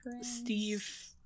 Steve